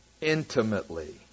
intimately